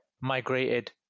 migrated